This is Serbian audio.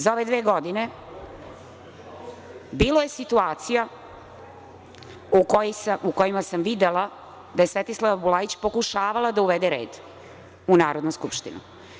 Za ove dve godine bilo je situacija u kojima sam videla da je Svetislava Bulajić pokušavala da uvede red u Narodnoj skupštini.